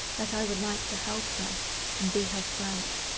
that i would like to help her and be her friend.